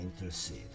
intercede